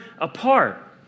apart